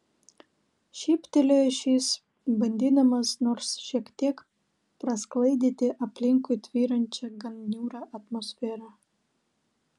šyptelėjo šis bandydamas nors šiek tiek prasklaidyti aplinkui tvyrančią gan niūrią atmosferą